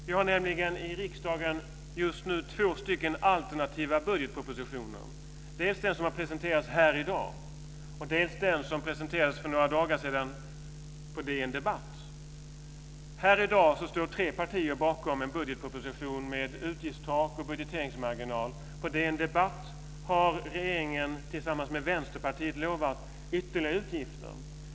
Vi har nämligen i riksdagen just nu två alternativa budgetpropositioner - dels den som har presenterats här i dag, dels den som presenterades för några dagar sedan på DN Debatt. Här i dag står tre partier bakom en budgetproposition med utgiftstak och budgeteringsmarginal. På DN Debatt har regeringen tillsammans med Vänsterpartiet lovat ytterligare utgifter.